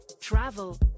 travel